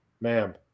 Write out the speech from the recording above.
Ma'am